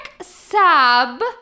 sab